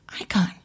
Icon